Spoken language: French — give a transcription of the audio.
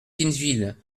pinville